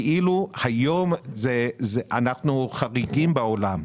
היום אנחנו חריגים בעולם.